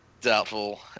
doubtful